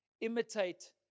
imitate